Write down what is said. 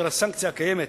והסנקציה הקיימת